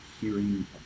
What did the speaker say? hearing